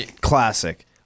classic